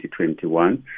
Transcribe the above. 2021